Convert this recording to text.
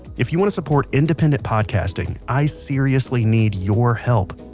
if you want to support independent podcasting, i seriously need your help.